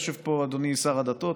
יושב פה אדוני שר הדתות,